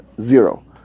zero